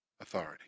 authority